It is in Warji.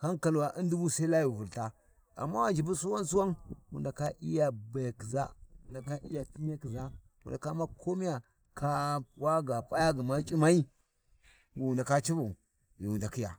hankalu a U’um dubu sai layu Vulha, amma wa ʒhibu Suwan-suwan, wu ndaka iya bayakhi ʒa, wu ndaka iya p’inyakhiʒa, wu nda U’mma komiya kam--- waga p’a gma C’imai Wi wu ndaka civau ghi wu nakhiya.